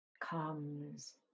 comes